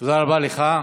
תודה רבה לך.